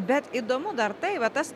bet įdomu dar tai va tas